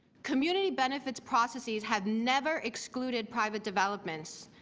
community benefits processes have never excluded private developments.